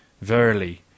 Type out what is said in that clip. verily